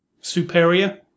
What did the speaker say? superior